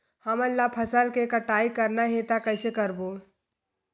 हमन ला फसल के कटाई करना हे त कइसे करबो?